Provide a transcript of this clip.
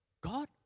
God